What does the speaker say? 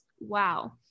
Wow